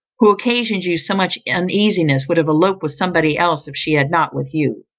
who occasions you so much uneasiness, would have eloped with somebody else if she had not with you.